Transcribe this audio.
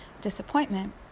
disappointment